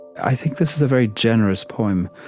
i think this is a very generous poem.